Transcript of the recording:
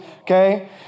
okay